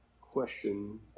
question